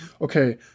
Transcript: okay